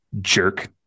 jerk